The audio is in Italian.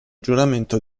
giuramento